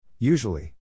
Usually